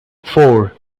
four